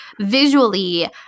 visually